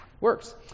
works